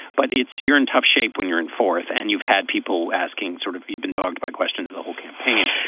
but it's you're in tough shape when you're in fourth. and you've had people asking sort of you've been dogged by questions, the whole campaign.